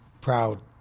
proud